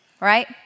right